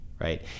right